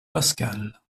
pascal